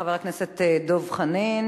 חבר הכנסת דב חנין,